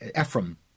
Ephraim